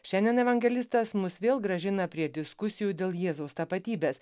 šiandien evangelistas mus vėl grąžina prie diskusijų dėl jėzaus tapatybės